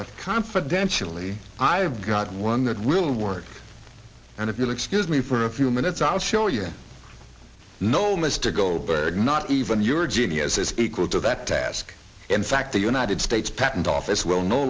like confidentially i've got one that will work and if you'll excuse me for a few minutes i'll show you no mr goldberg not even your genius is equal to that task in fact the united states patent office will no